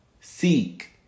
seek